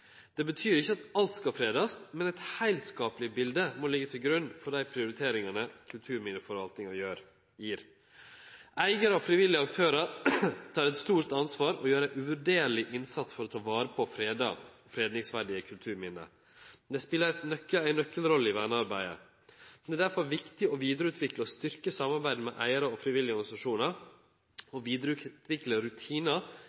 Det betyr ikkje at alt skal fredast, men eit heilskapleg bilde må ligge til grunn for dei prioriteringane kulturminneforvaltninga gjer. Eigarar og frivillige aktørar tar eit stort ansvar og gjer ein uvurderleg innsats for å ta vare på fredingsverdige kulturminne. Dei spelar ei nøkkelrolle i vernearbeidet. Det er derfor viktig å vidareutvikle og styrke samarbeidet med eigarar og frivillige organisasjonar,